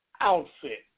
outfit